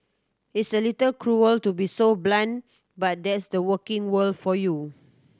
it's a little cruel to be so blunt but that's the working world for you